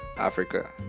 Africa